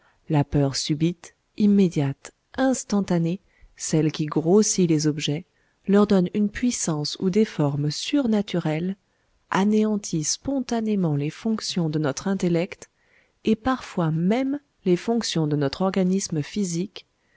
la peur subite immédiate instantanée celle qui grossit les objets leur donne une puissance ou des formes surnaturelles anéantit spontanément les fonctions de notre intellect et parfois même les fonctions de notre organisme physique